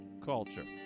Culture